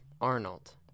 Arnold